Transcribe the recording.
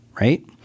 Right